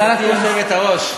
גברתי היושבת-ראש,